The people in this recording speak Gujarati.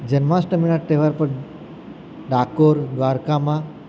જન્માષ્ટમીના તહેવાર પર ડાકોર દ્વારકામાં